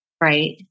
Right